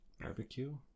Barbecue